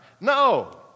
No